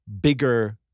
bigger